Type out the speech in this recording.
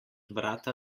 vrata